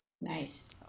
Nice